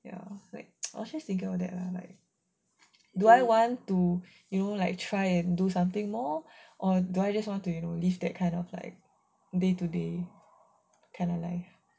ya like I was just thinking like that lah like do I want to you know like try and do something more or do I just want to you know live that kind of like day to day kind of thing